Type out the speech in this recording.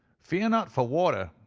fear not for water,